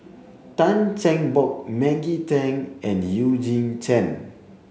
Tan Cheng Bock Maggie Teng and Eugene Chen